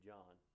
John